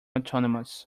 autonomous